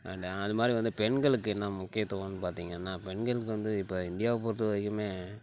and அது மாதிரி வந்து பெண்களுக்கு என்ன முக்கியத்துவம் பார்த்தீங்கன்னா பெண்களுக்கு வந்து இப்போ இந்தியாவை பொறுத்த வரைக்குமே